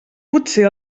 potser